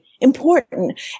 important